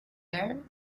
air